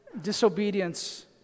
disobedience